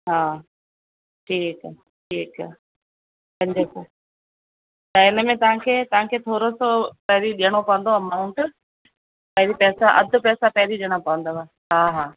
हा ठीकु आहे ठीकु आहे पंज खण ऐं हिन में तव्हांखे तव्हांखे थोरो सो पहिरीं ॾियणो पवंदो अमांउट पहिरीं पैसा अधु पैसा पहिरीं ॾियणा पवंदव हा हा